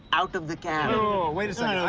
out of the cab. wait a second.